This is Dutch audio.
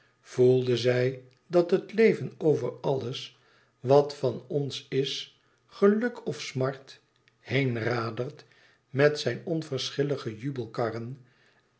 voelde zij dat het leven over alles wat van ons is geluk of smart heenradert met zijn